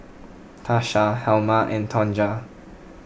Tasha Helma and Tonja